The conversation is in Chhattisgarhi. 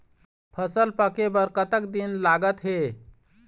फसल पक्के बर कतना दिन लागत हे?